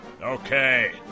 Okay